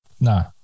No